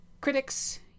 critics